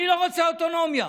אני לא רוצה אוטונומיה,